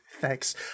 Thanks